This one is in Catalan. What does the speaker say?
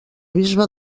bisbe